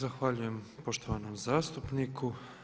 Zahvaljujem poštovanom zastupniku.